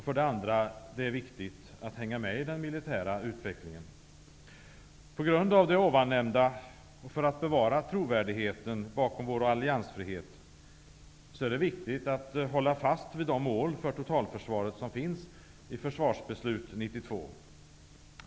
För det andra är det viktigt att hänga med i den militära utvecklingen. På grund av det jag nu sagt, och för att bevara trovärdigheten bakom vår alliansfrihet, är det viktigt att hålla fast vid de mål för totalförsvaret som finns i Försvarsbeslut 92.